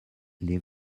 les